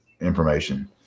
information